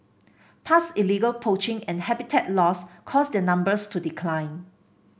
past illegal poaching and habitat loss caused their numbers to decline